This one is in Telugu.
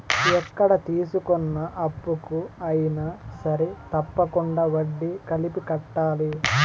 ఎక్కడ తీసుకున్న అప్పుకు అయినా సరే తప్పకుండా వడ్డీ కలిపి కట్టాలి